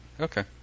Okay